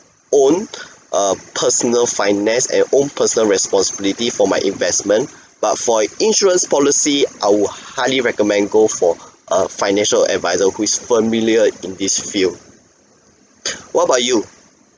own err personal finance and own personal responsibility for my investment but for insurance policy I would highly recommend go for a financial advisor who is familiar in this field what about you